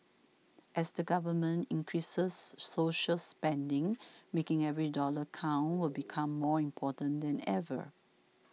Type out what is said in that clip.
as the government increases social spending making every dollar count will become more important than ever